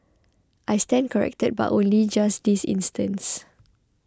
I stand corrected but only just this instance